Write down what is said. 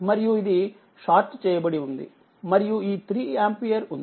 మరియు ఇది షార్ట్ చేయబడి ఉంది మరియు ఈ 3 ఆంపియర్ ఉంది